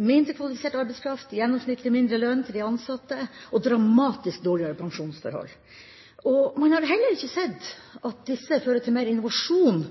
mindre kvalifisert arbeidskraft, gjennomsnittlig mindre lønn til de ansatte og dramatisk dårligere pensjonsforhold. Man har heller ikke sett at disse fører til mer innovasjon